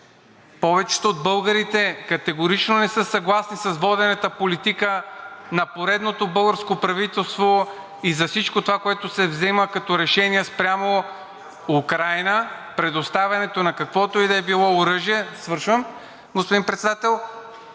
повечето от българите категорично не са съгласни с водената политика на поредното българско правителство и за всичко това, което се взима като решения спрямо Украйна, предоставянето на каквото и да е било оръжие… (Председателят